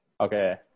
okay